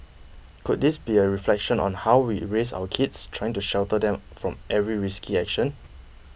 could this be a reflection on how we raise our kids trying to shelter them from every risky action